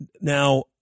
now